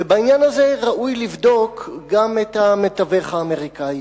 ובעניין הזה ראוי לבדוק גם את המתווך האמריקני,